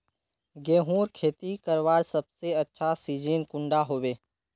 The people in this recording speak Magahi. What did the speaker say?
गेहूँर खेती करवार सबसे अच्छा सिजिन कुंडा होबे?